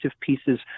pieces